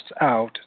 out